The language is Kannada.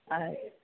ಆಯ್ತು